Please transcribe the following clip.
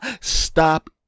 stop